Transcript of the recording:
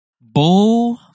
Bo